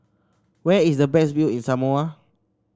where is the best view in Samoa